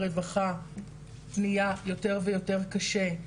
הרווחה זה הופך להיות יותר ויותר קשה,